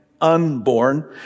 unborn